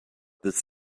this